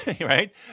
right